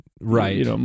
Right